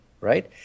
right